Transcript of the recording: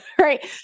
right